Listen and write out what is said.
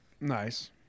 Nice